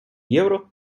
євро